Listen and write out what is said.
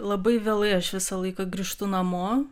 labai vėlai aš visą laiką grįžtu namo